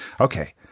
Okay